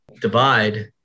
divide